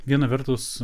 viena vertus